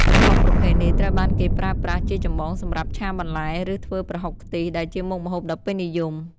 ប្រហុកប្រភេទនេះត្រូវបានគេប្រើប្រាស់ជាចម្បងសម្រាប់ ឆាបន្លែ ឬ ធ្វើប្រហុកខ្ទិះ ដែលជាមុខម្ហូបដ៏ពេញនិយម។